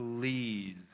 Please